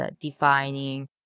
defining